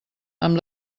amb